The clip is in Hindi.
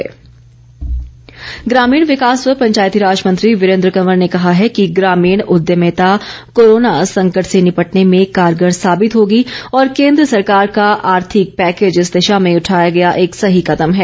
वीरेंद्र कंवर ग्रामीण विकास व पंचायतीराज मंत्री वीरेंद्र कंवर ने कहा है कि ग्रामीण उद्यमिता कोरोना संकट से निपटने में कारगर साबित होगी और केंद्र सरकार का आर्थिक पैकेज इस दिशा में उठाया गया एक सही कदम है